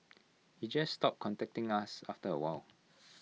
he just stopped contacting us after A while